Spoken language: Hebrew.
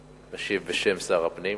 משיב בשם שר הפנים.